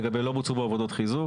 לגבי 'לא בוצעו בו עבודות חיזוק',